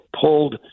pulled